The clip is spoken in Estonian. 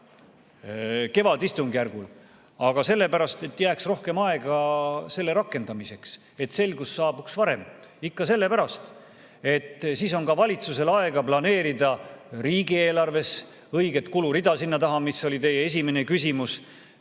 kevadistungjärgul? Aga sellepärast, et jääks rohkem aega selle rakendamiseks, et selgus saabuks varem. Ikka sellepärast, et siis on valitsusel aega planeerida riigieelarves õiget kulurida sinna taha, mis oli teie esimene küsimus,